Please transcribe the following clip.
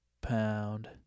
Pound